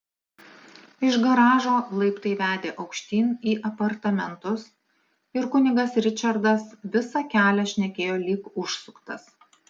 iš garažo laiptai vedė aukštyn į apartamentus ir kunigas ričardas visą kelią šnekėjo lyg užsuktas